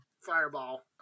fireball